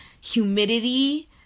humidity